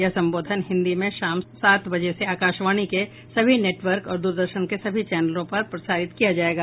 यह संबोधन हिन्दी में शाम सात बजे से आकाशवाणी के सभी नेटवर्क और दूरदर्शन के सभी चैनलों पर प्रसारित किया जायेगा